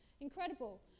Incredible